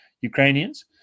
Ukrainians